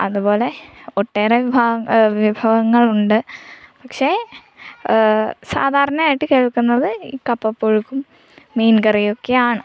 അതുപോലെ ഒട്ടേറെ വിഭവങ്ങൾ വിഭവങ്ങളുണ്ട് പക്ഷേ സാധാരണ ആയിട്ട് കേൾക്കുന്നത് ഇ കപ്പപ്പുഴുക്കും മീൻകറിയും ഒക്കെയാണ്